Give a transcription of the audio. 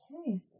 Okay